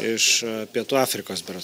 iš pietų afrikos berods